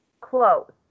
close